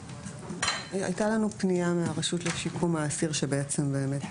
היתה לנו פנייה מהרשות לשיקום האסיר שבעצם באמת